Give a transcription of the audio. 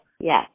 Yes